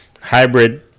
hybrid